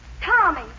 Tommy